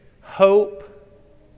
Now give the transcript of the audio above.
hope